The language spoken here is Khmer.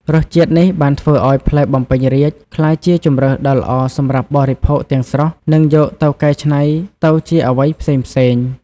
រសជាតិនេះបានធ្វើឱ្យផ្លែបំពេញរាជ្យក្លាយជាជម្រើសដ៏ល្អសម្រាប់បរិភោគទាំងស្រស់ និងយកទៅកែច្នៃទៅជាអ្វីផ្សេងៗ។